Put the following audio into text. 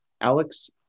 Alex